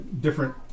different